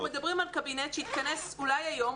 אנחנו מדברים על קבינט שיתכנס אולי היום,